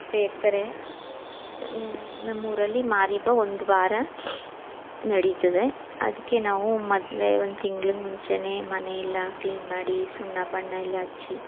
ಸೇರ್ತಾರೆ ನಮ್ಮ ನಮ್ಮೂರಲ್ಲಿ ಮಾರಿ ಹಬ್ಬ ಒಂದುವಾರ ನಡೀತದೆ ಅದಕ್ಕೆ ನಾವು ಮೊದಲೇ ಒಂದು ತಿಂಗ್ಳಿಗೆ ಮುಂಚೆಯೇ ಮನೆಯೆಲ್ಲ ಕ್ಲೀನ್ ಮಾಡಿ ಸುಣ್ಣ ಬಣ್ಣ ಎಲ್ಲ ಹಚ್ಚಿ